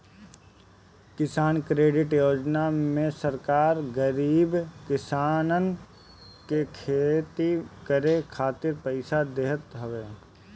किसान क्रेडिट योजना में सरकार गरीब किसानन के खेती करे खातिर पईसा देत हवे